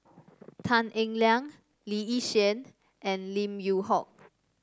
Tan Eng Liang Lee Yi Shyan and Lim Yew Hock